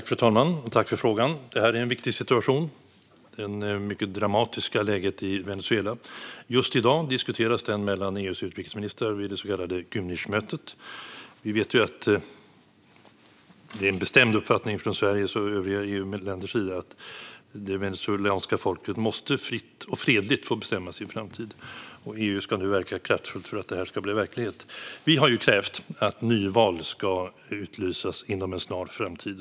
Fru talman! Tack för frågan! Det mycket dramatiska läget i Venezuela är en viktig situation. Just i dag diskuteras detta av EU:s utrikesministrar vid det så kallade Gymnichmötet. Vi vet att både Sverige och övriga EU-medlemsländer har en bestämd uppfattning om att det venezuelanska folket fritt och fredligt måste få bestämma sin framtid. EU ska nu kraftfullt verka för att detta ska bli verklighet. EU har krävt att nyval ska utlysas inom en snar framtid.